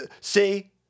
see